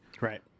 Right